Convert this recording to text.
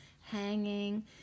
hanging